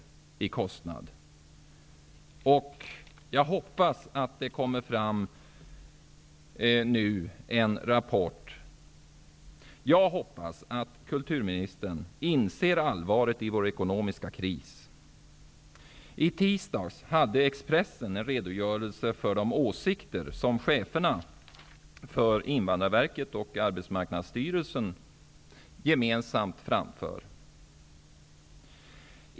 Jag hoppas att det nu kommer fram en rapport. Och jag hoppas att kulturministern inser allvaret i vår ekonomiska kris. I tisdags hade Expressen en redogörelse för de åsikter som cheferna för Invandrarverket och Arbetsmarknadsstyrelsen gemensamt framför.